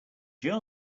jar